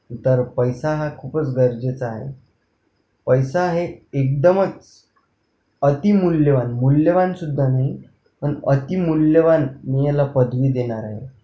तर पैसा हा खूपच गरजेचा आहे पैसा हे एकदमच अतिमूल्यवान मूल्यवानसुद्धा नाही पण अतिमूल्यवान मी याला पदवी देणार आहे